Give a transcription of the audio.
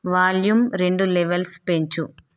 volume రెండు levels పెంచు